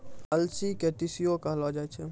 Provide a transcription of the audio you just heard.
अलसी के तीसियो कहलो जाय छै